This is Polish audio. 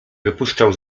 wypuszczał